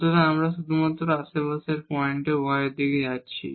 সুতরাং আমরা শুধুমাত্র আশেপাশের পয়েন্টে y এর দিকে আছি